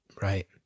Right